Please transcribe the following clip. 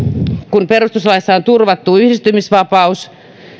kun perustuslaissa on turvattu yhdistymisvapaus